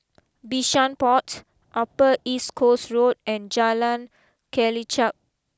Bishan Point Upper East Coast Road and Jalan Kelichap